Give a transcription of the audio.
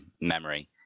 memory